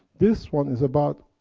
this one is about,